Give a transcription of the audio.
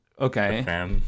Okay